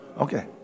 okay